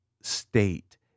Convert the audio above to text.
state